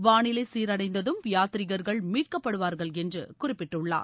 வானிலை சீரடைந்ததும் யாத்திரிகர்கள் மீட்கப்படுவார்கள் என்று குறிப்பிட்டடுள்ளார்